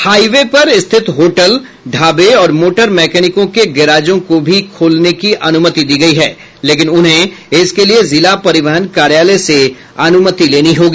high वे पर स्थित hotel ढाबे और मोटर मैकेनिकों के गैराजों को भी खोलने की अनुमति दी गयी है लेकिन उन्हें इसके लिए जिला परिवहन कार्यालय से अनुमति लेनी होगी